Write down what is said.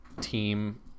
team